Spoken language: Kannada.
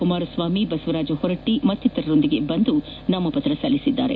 ಕುಮಾರಸ್ವಾಮಿ ಬಸವರಾಜ ಹೊರಟ್ಟ ಮತ್ತಿತರರೊಂದಿಗೆ ಆಗಮಿಸಿ ನಾಮಪತ್ರ ಸಲ್ಲಿಸಿದರು